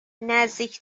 نزدیک